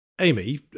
Amy